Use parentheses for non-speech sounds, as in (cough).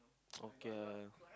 (noise) okay